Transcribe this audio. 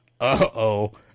uh-oh